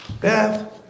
Beth